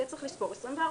יהיה צריך לספור 24 שעות.